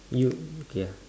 you okay